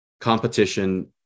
competition